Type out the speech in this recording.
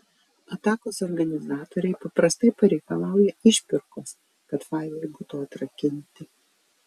atakos organizatoriai paprastai pareikalauja išpirkos kad failai būtų atrakinti